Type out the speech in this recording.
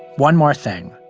one more thing